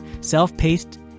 self-paced